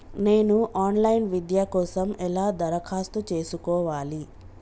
నేను online విద్య కోసం ఎలా దరఖాస్తు చేసుకోవాలి?